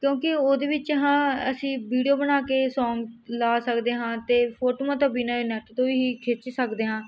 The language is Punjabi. ਕਿਉਂਕਿ ਉਹਦੇ ਵਿੱਚ ਹਾਂ ਅਸੀਂ ਵੀਡੀਓ ਬਣਾ ਕੇ ਸੋਂਗ ਲਾ ਸਕਦੇ ਹਾਂ ਅਤੇ ਫੋਟੋਆਂ ਤੋਂ ਬਿਨਾਂ ਨੈਟ ਤੋਂ ਹੀ ਖਿੱਚ ਸਕਦੇ ਹਾਂ